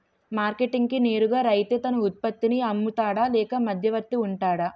Market కి నేరుగా రైతే తన ఉత్పత్తి నీ అమ్ముతాడ లేక మధ్యవర్తి వుంటాడా?